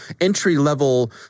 entry-level